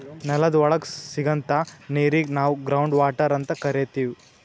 ನೆಲದ್ ಒಳಗ್ ಸಿಗಂಥಾ ನೀರಿಗ್ ನಾವ್ ಗ್ರೌಂಡ್ ವಾಟರ್ ಅಂತ್ ಕರಿತೀವ್